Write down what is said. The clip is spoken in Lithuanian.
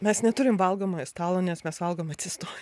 mes neturim valgomojo stalo nes mes valgom atsistoj